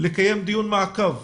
לקיים דיון מעקב,